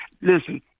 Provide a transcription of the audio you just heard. Listen